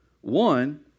One